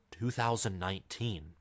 2019